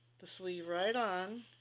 the sleeve right on